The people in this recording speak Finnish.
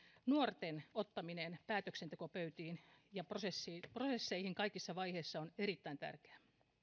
nuorten ottaminen päätöksentekopöytiin ja prosesseihin kaikissa vaiheissa on erittäin tärkeää